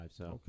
Okay